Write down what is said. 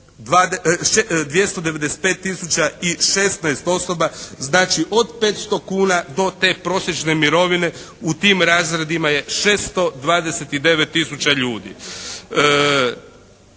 295016 osoba. Znači, od 500 kuna do te prosječne mirovine u tim razredima je 629000 ljudi.